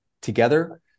together